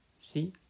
See